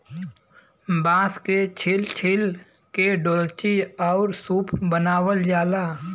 बांस के छील छील के डोल्ची आउर सूप बनावल जाला